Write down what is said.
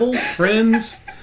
friends